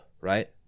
right